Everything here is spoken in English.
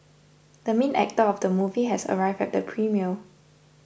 the main actor of the movie has arrived at the premiere